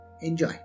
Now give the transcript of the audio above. Enjoy